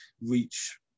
reach